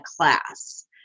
class